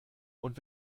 und